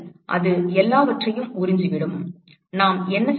அது எல்லாவற்றையும் உறிஞ்சிவிடும் நாம் என்ன செய்வது